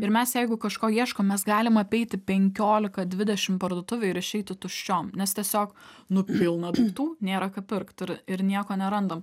ir mes jeigu kažko ieškom mes galim apeiti penkiolika dvidešim parduotuvių ir išeiti tuščiom nes tiesiog nu pilna daiktų nėra ką pirkt ir ir nieko nerandam